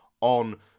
on